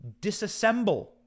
disassemble